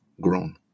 grown